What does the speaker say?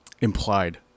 implied